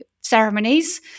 ceremonies